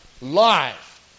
life